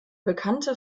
bekannte